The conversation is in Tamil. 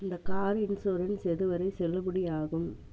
இந்தக் கார் இன்சூரன்ஸ் எதுவரை செல்லுபடி ஆகும்